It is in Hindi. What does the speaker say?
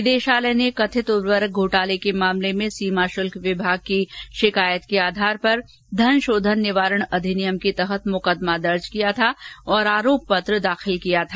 निदेशालय ने कथित उर्वरक घोटाले के मामले में सीमा शुल्क विभाग की शिकायत के आधार पर धन शोधन निवारण अधिनियम के तहत मुकदमा दर्ज किया था और आरोप पत्र दाखिल किया था